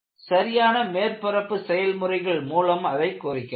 சரியான மேற்பரப்பு செயல் முறைகள் மூலம் அதை குறைக்கலாம்